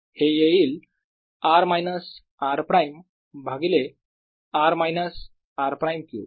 हे येईल r minus r prime भागिले r minus r prime cube